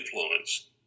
influence